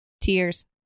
Tears